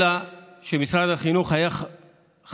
אלא שמשרד החינוך היה חייב,